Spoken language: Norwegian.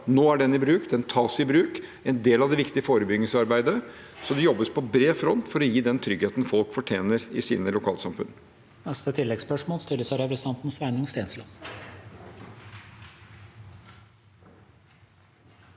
Nå er den i bruk. Den tas i bruk som en del av det viktige forebyggingsarbeidet. Det jobbes på bred front for å gi den tryggheten folk fortjener i sine lokalsamfunn.